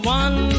one